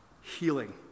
healing